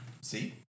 See